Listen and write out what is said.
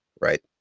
right